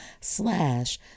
slash